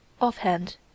offhand